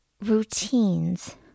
routines